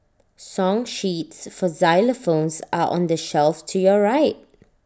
song sheets for xylophones are on the shelf to your right